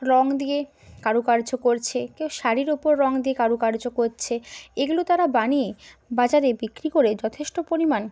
রং দিয়ে কারুকার্য করছে কেউ শাড়ির উপর রং দিয়ে কারুকার্য করছে এগুলো তারা বানিয়ে বাজারে বিক্রি করে যথেষ্ট পরিমাণ